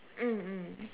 mm mm